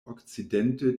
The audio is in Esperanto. okcidente